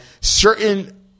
certain